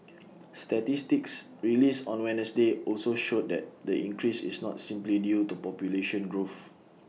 statistics released on Wednesday also showed that the increase is not simply due to population growth